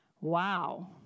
Wow